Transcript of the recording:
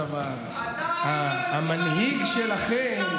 אגב, המנהיג שלכם,